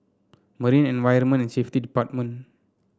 Marine Environment and Safety Department